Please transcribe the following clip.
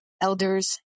Elders